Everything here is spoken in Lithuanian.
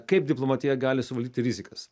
kaip diplomatija gali suvaldyti rizikas